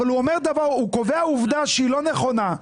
הוא קובע עובדה שהיא לא נכונה,